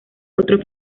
otro